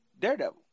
Daredevil